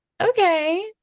okay